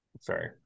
Sorry